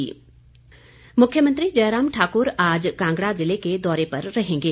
मुख्यमंत्री मुख्यमंत्री जय राम ठाकुर आज कांगड़ा जिले के दौरे पर रहेंगे